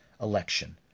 election